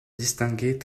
distinguer